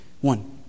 One